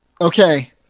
okay